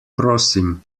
prosim